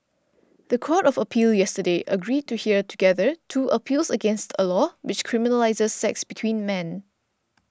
the Court of Appeal yesterday agreed to hear together two appeals against a law which criminalises sex between men